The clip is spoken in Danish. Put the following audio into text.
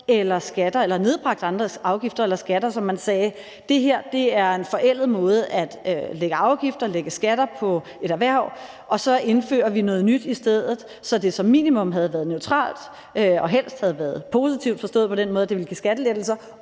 havde nedbragt andre afgifter eller skatter, så man sagde, at da det her er en forældet måde at lægge afgifter, at lægge skatter på et erhverv på, indfører vi noget nyt i stedet, så det som minimum havde været neutralt og helst været positivt, forstået på den måde, at det ville give skattelettelser